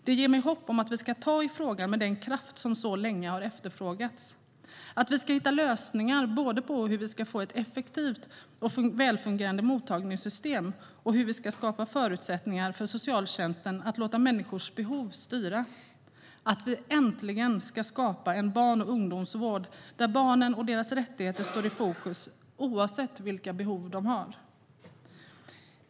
Det ger mig hopp om att vi ska ta i frågan med den kraft som så länge har efterfrågats, att vi ska hitta lösningar både på hur vi ska få ett effektivt och välfungerande mottagningssystem och skapa förutsättningar för socialtjänsten att låta människors behov styra och att vi äntligen ska skapa en barn och ungdomsvård där barnen och deras rättigheter står i fokus oavsett vilka behov de har.